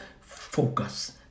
focus